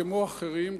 כמו אחרים,